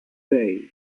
date